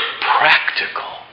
practical